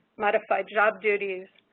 modified job duties,